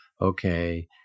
okay